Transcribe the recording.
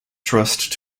trust